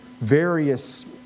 various